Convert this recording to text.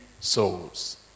souls